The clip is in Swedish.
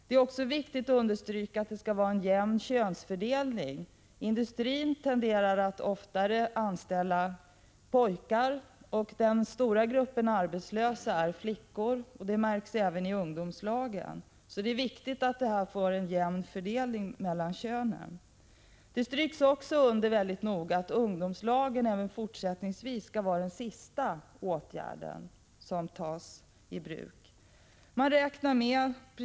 Det är också viktigt att understryka att en jämn könsfördelning bör uppnås. Industrin tenderar att oftare anställa pojkar, och den stora gruppen arbetslösa är flickor, vilket märks även i ungdomslagen. I propositionen stryks mycket noga under att ungdomslagen även fortsätt ningsvis skall vara den sista åtgärden som tas i bruk. Regeringen räknar med, — Prot.